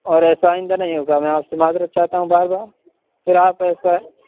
اور ایسا آئندہ نہیں ہوگا میں آپ سے معذرت چاہتا ہوں بار بار پھر آپ ایسا